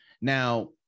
now